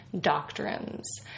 doctrines